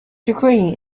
degree